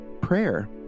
Prayer